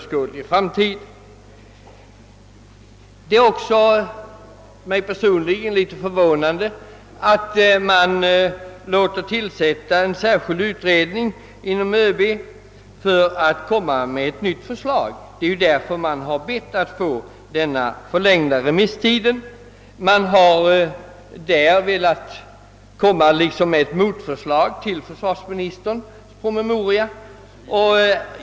Själv förvånas jag också över att det tillsätts en särskild utredning inom krigsmakten för att kunna framlägga ett nytt förslag, och det är också därför man bett att få förlängd remisstid. Man har velat komma med ett motförslag till försvarsministerns promemoria.